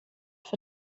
for